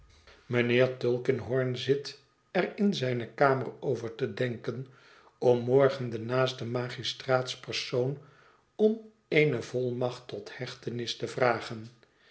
mijnheer tulkinghorn zit er in zijne kamer over te denken om morgen den naasten magistraatspersoon om eene volmacht tot hechtenis te vragen